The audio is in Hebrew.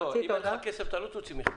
אם לא יהיה לך כסף אתה לא תוציא מכרז.